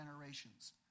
generations